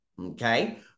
okay